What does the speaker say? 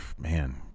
Man